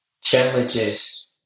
challenges